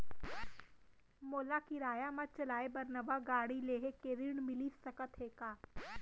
मोला किराया मा चलाए बर नवा गाड़ी लेहे के ऋण मिलिस सकत हे का?